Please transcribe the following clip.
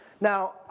Now